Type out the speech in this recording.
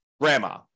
grandma